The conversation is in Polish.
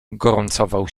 gorącował